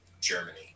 Germany